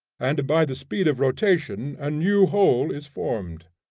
and by the speed of rotation a new whole is formed.